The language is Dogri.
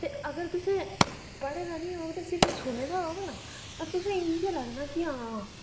ते अगर तुसे पढ़े दा नेईं होग ते सिर्फ सुने दा होग ना ते तुसें ई इ'यां लग्गना कि हां